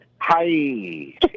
Hi